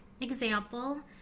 example